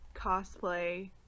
cosplay